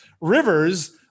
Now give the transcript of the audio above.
rivers